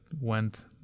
went